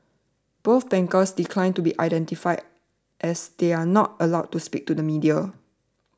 both bankers declined to be identified as they are not allowed to speak to the media